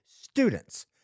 students